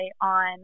on